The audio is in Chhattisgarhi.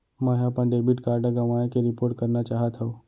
मै हा अपन डेबिट कार्ड गवाएं के रिपोर्ट करना चाहत हव